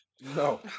No